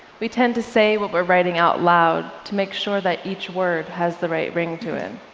we tend to say what we're writing out loud to make sure that each word has the right ring to it.